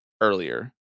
earlier